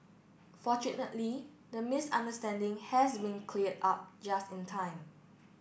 fortunately the misunderstanding has been cleared up just in time